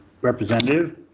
representative